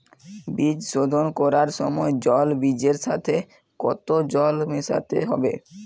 বীজ শোধন করার সময় জল বীজের সাথে কতো জল মেশাতে হবে?